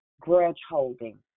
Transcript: grudge-holding